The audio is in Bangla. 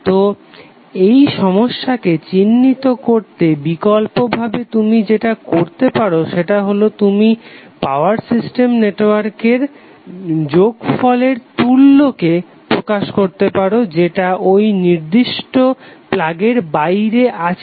তো এই সমস্যাকে চিহ্নিত করতে বিকল্প ভাবে তুমি যেটা করতে পারো সেটা হলো তুমি পাওয়ার সিস্টেম নেটওয়ার্কের যোগফলের তুল্যকে প্রকাশ করতে পারো যেটা ঐ নির্দিষ্ট প্লাগের বাইরে আছে